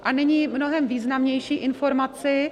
A nyní mnohem významnější informaci.